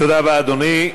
תודה רבה, אדוני.